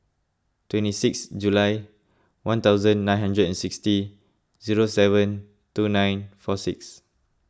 twenty six July one thousand nine hundred and sixty zero seven two nine four six